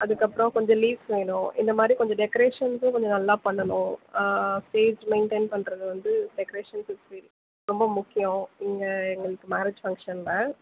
அதுக்கப்பறம் கொஞ்சம் லீஃப் வேணும் இந்தமாதிரி கொஞ்சம் டெக்ரேஷனுக்கு கொஞ்சம் நல்லா பண்ணணும் ஆ ஸ்டேஜ் மெயின்டன் பண்ணுறது வந்து டெக்ரேஷன் ரொம்ப முக்கியம் இங்கே எங்களுக்கு மேரேஜ் ஃபங்ஷனில்